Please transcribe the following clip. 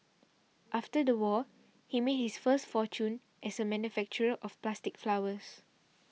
after the war he made his first fortune as a manufacturer of plastic flowers